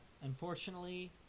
Unfortunately